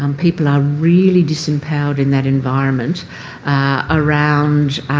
um people are really disempowered in that environment around